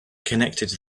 connected